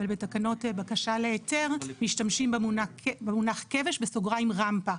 אבל בתקנות בקשה להיתר משתמשים במונח כבש (רמפה),